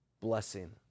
blessing